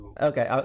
okay